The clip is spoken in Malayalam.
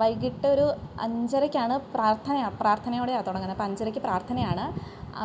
വൈകീട്ടൊരു അഞ്ചരക്കാണ് പ്രാർഥനയാണ് പ്രാർഥനയോടെയാണ് തുടങ്ങുന്നത് അപ്പം അഞ്ചരക്ക് പ്രാർഥനയാണ്